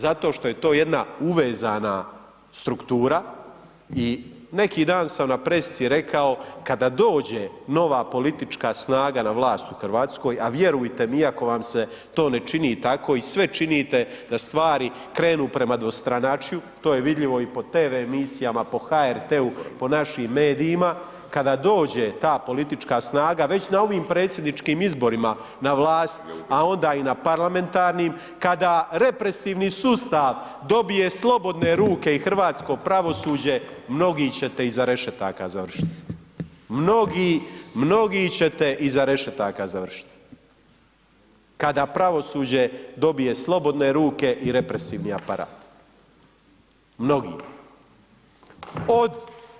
Zato što je to jedna uvezana struktura i neki dan sam na pressici rekao kada dođe nova politička snaga na vlast u Hrvatskoj, a vjerujte mi iako vam se to ne čini tako i sve činite da stvari krenu prema dvostranačju to je vidljivo i po tv emisijama, po HRT-u, po našim medijima, kada dođe ta politička snaga već na ovim predsjedničkim izborima na vlast, a onda i na parlamentarnim, kada represivni sustav dobije slobodne ruke i hrvatsko pravosuđe mnogi čete iza rešetaka završiti, mnogi čete iza rešetaka završiti kada pravosuđe dobije slobodne ruke i represivni aparat, mnogi.